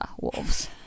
Wolves